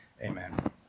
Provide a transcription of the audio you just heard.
Amen